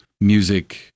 music